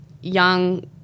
young